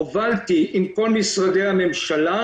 הובלתי עם כל משרדי הממשלה